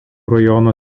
rajono